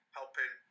helping